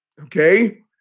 okay